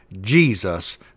Jesus